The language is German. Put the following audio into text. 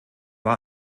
war